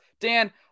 Dan